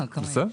בסדר.